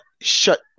shut –